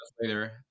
later